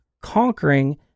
conquering